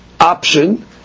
option